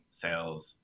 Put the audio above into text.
sales